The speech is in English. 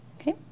Okay